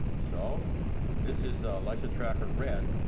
so this is lyso tracker red,